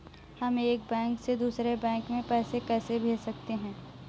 हम एक बैंक से दूसरे बैंक में पैसे कैसे भेज सकते हैं?